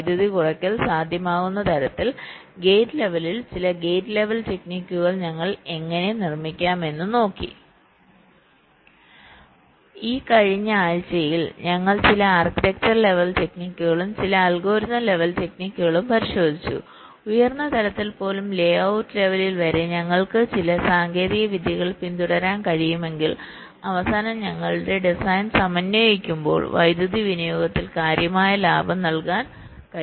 വൈദ്യുതി കുറയ്ക്കൽ സാധ്യമാകുന്ന തരത്തിൽ ഗേറ്റ് ലെവലിൽ ചില ഗേറ്റ് ലെവൽ ടെക്നിക്കുകൾ ഞങ്ങൾ എങ്ങനെ നിർമ്മിക്കാം എന്ന് നോക്കി ഈ കഴിഞ്ഞ ആഴ്ചയിൽ ഞങ്ങൾ ചില ആർക്കിടെക്ചർ ലെവൽ ടെക്നിക്കുകളും ചില അൽഗോരിതം ലെവൽ ടെക്നിക്കുകളും പരിശോധിച്ചു ഉയർന്ന തലത്തിൽ പോലും ലേഔട്ട് ലെവലിൽ വരെ ഞങ്ങൾക്ക് ചില സാങ്കേതിക വിദ്യകൾ പിന്തുടരാൻ കഴിയുമെങ്കിൽഅവസാനം ഞങ്ങളുടെ ഡിസൈൻ സമന്വയിപ്പിക്കുമ്പോൾ വൈദ്യുതി വിനിയോഗത്തിൽ കാര്യമായ ലാഭം നൽകാൻ കഴിയും